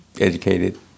educated